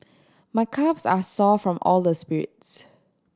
my calves are sore from all the spirits